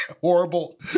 horrible